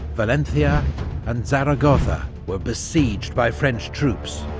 valencia and zaragosa were besieged by french troops,